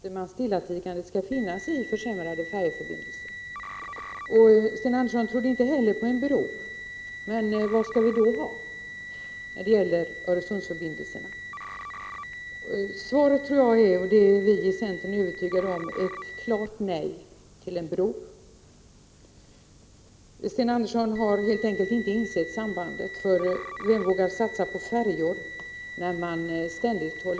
Herr talman! Jag skulle vilja fråga Sten Andersson i Malmö om det är hans mening att man stillatigande skall finna sig i försämrade färjeförbindelser. Sten Andersson trodde inte heller på en bro, men vad skall vi då ha? Vi i centern är övertygade om att svaret är ett klart nej till en bro. Sten Andersson har helt enkelt inte insett sambandet. Vem vågar satsa på färjor när man förutspår en bro?